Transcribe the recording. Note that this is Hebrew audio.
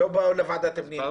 לא באו לוועדת הפנים,